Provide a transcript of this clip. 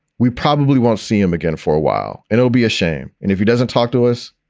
we probably won't see him again for a while. and it'll be a shame if he doesn't talk to us.